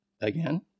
again